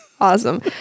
Awesome